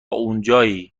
اونجایی